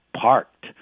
parked